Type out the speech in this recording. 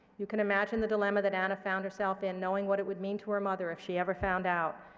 you can imagine the dilemma that anna found herself in, knowing what it would mean to her mother if she ever found out.